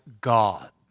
God